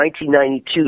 1992